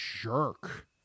jerk